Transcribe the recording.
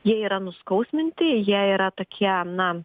jie yra nuskausminti jei yra tokie na